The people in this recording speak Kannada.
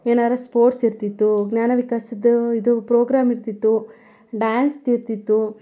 ಏನಾದ್ರೂ ಸ್ಪೋರ್ಟ್ಸ್ ಇರ್ತಿತ್ತು ಜ್ಞಾನ ವಿಕಾಸದ ಇದು ಪ್ರೋಗ್ರಾಮ್ ಇರ್ತಿತ್ತು ಡ್ಯಾನ್ಸ್ದು ಇರ್ತಿತ್ತು